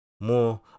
more